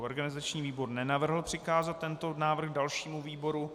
Organizační výbor nenavrhl přikázat tento návrh dalšímu výboru.